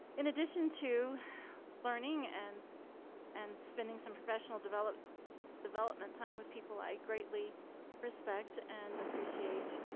in addition to learning and and spending some professional developed development time with people i greatly respect and appreciate,